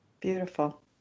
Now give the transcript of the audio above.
Beautiful